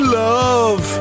love